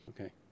Okay